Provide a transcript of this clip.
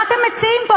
מה אתם מציעים פה?